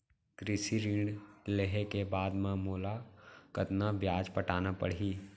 कृषि ऋण लेहे के बाद म मोला कतना ब्याज पटाना पड़ही?